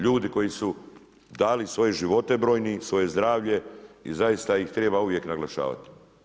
Ljudi koji su dali svoje živote brojni, svoje zdravlje i zaista ih treba uvijek naglašavati.